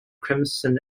crimson